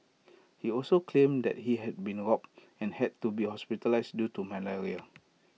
he also claimed that he had been robbed and had to be hospitalised due to malaria